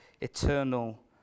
eternal